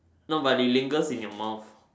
no but they lingers in your moth